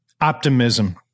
Optimism